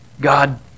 God